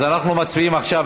אז אנחנו מצביעים עכשיו,